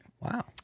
Wow